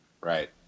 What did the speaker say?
Right